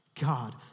God